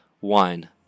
wine